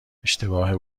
اشتباه